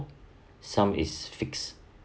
some is fixed